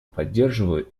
поддерживаю